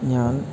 ഞാൻ